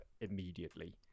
immediately